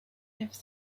lived